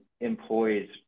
employees